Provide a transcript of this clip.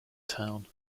town